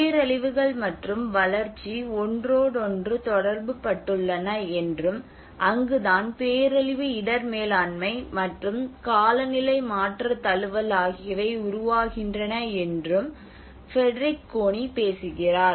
பேரழிவுகள் மற்றும் வளர்ச்சி ஒன்றோடொன்று தொடர்புபட்டுள்ளன என்றும் அங்குதான் பேரழிவு இடர் மேலாண்மை மற்றும் காலநிலை மாற்ற தழுவல் ஆகியவை உருவாகின்றன என்றும் ஃபிரடெரிக் கோனி பேசுகிறார்